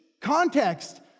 context